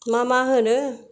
मा मा होनो